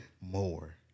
More